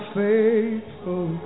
faithful